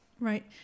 Right